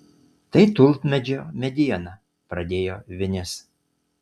tai tulpmedžio mediena pradėjo vinis